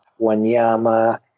Wanyama